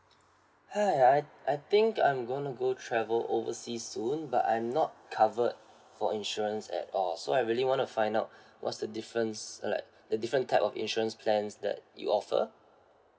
hi I I think I'm gonna go travel overseas soon but I'm not covered for insurance at all so I really wanna find out what's the difference like the different type of insurance plans that you offer